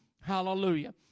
Hallelujah